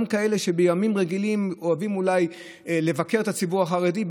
גם כאלה שבימים רגילים אוהבים אולי לבקר את הציבור החרדי,